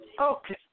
Okay